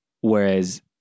whereas